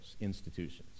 institutions